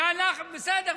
בסדר.